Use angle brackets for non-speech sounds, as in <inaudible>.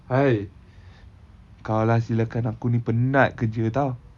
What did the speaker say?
!hais! <breath> kau lah silakan aku ni penat kerja [tau]